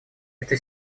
эта